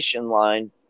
line